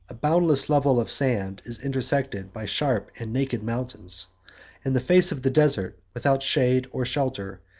a boundless level of sand is intersected by sharp and naked mountains and the face of the desert, without shade or shelter,